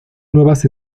nuevas